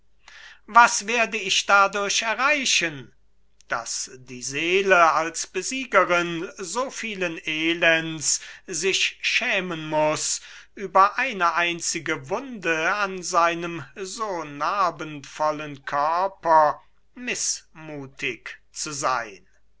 was werde ich dadurch erreichen daß die seele als besiegerin so vielen elends sich schämen muß über eine einzige wunde an seinem so narbenvollen körper mißmuthig zu sein